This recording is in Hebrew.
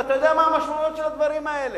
ואתה יודע מה המשמעויות של הדברים האלה.